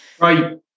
Right